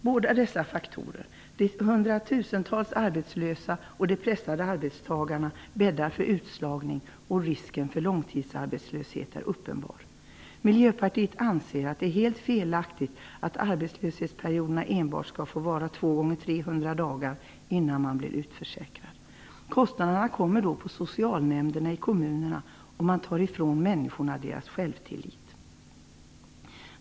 Båda dessa faktorer, de hundratusentals arbetslösa och de pressade arbetstagarna, bäddar för utslagning. Risken för långtidsarbetslöshet är uppenbar. Miljöpartiet anser att det är helt felaktigt att arbetslöshetsperioderna enbart skall få vara 2 x 300 dagar innan man blir utförsäkrad. Kostnaderna hamnar då hos socialnämnderna i kommunerna, och man tar ifrån människor deras självtillit.